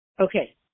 Okay